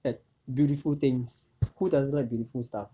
at beautiful things who doesn't like beautiful stuff